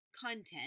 content